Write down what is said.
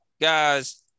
Guys